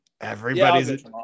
Everybody's